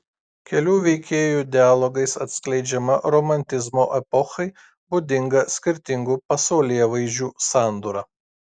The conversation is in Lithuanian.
kelių veikėjų dialogais atskleidžiama romantizmo epochai būdinga skirtingų pasaulėvaizdžių sandūra